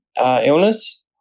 illness